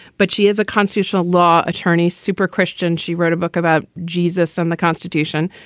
but she is a constitutional law attorney, super christian. she wrote a book about jesus on the constitution.